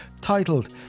titled